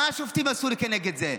מה השופטים עשו כנגד זה?